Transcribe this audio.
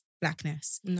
blackness